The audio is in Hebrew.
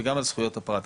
וגם על זכויות הפרט.